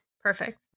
Perfect